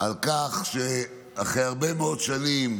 על כך שאחרי הרבה מאוד שנים